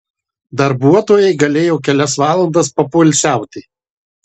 darbuotojai galėjo kelias valandas papoilsiauti